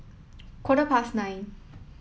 quarter past nine